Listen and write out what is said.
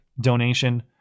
donation